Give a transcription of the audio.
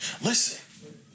listen